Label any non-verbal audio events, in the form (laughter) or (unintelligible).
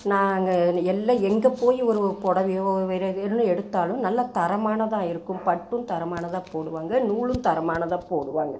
நாங்கள் எல்லாம் எங்கே போய் ஒரு புடவையோ வேற (unintelligible) எடுத்தாலும் நல்லா தரமானதாக இருக்கும் பட்டும் தரமானதாக போடுவாங்கள் நூலும் தரமானதாக போடுவாங்கள்